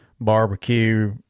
barbecue